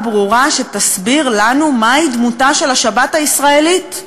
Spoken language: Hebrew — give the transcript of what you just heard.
ברורה שתסביר לנו מהי דמותה של השבת הישראלית.